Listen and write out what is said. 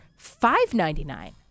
$5.99